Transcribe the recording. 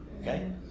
okay